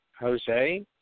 Jose